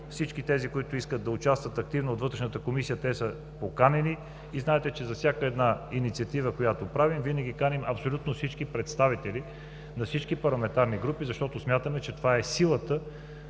Всички тези, които искат да участват активно от Вътрешната комисия, са поканени. Знаете, че за всяка една инициатива, която правим, винаги каним абсолютно всички представители на всички парламентарни групи, защото смятаме, че това е силата